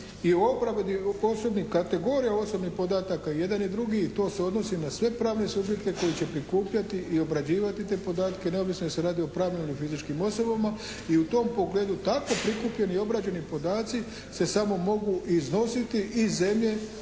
o obradi posebnih kategorija osobnih podataka, i jedan i drugi to se odnosi na sve pravne subjekte koji će prikupljati i obrađivati te podatke neovisno jel' se radi o pravnim ili fizičkim osobama i u tom pogledu tako prikupljeni i obrađeni podaci se samo mogu iznositi iz zemlje